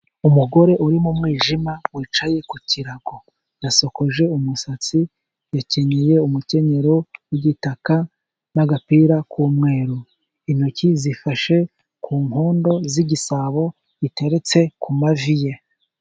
Umugore uri mu mwijima wicaye ku kirago, yasokoje umusatsi, yakenyeye umukenyero w'igitaka n'agapira k'umweru, intoki zifashe ku nkondo z'igisabo giteretse ku mavi ye.